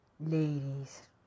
Ladies